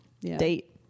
date